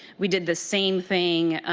we did the same thing